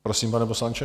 Prosím, pane poslanče.